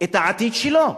את העתיד שלו.